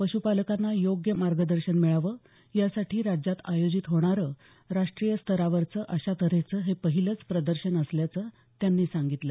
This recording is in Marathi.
पश्पालकांना योग्य मार्गदर्शन मिळावं यासाठी राज्यात आयोजित होणारं राष्ट्रीय स्तरावरचं अशा तऱ्हेचं हे पहिलंच प्रदर्शन असल्याचं त्यांनी सांगितलं